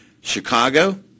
Chicago